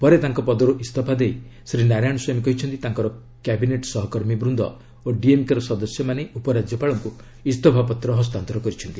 ପରେ ତାଙ୍କ ପଦରୁ ଇସ୍ତଫା ଦେଇ ଶ୍ରୀ ନାରାୟଣସ୍ୱାମୀ କହିଛନ୍ତି ତାଙ୍କର କ୍ୟାବିନେଟ୍ ସହକର୍ମୀବୃନ୍ଦ ଓ ଡିଏମ୍କେର ସଦସ୍ୟମାନେ ଉପରାଜ୍ୟପାଳଙ୍କୁ ଇସ୍ତଫାପତ୍ର ହସ୍ତାନ୍ତର କରିଛନ୍ତି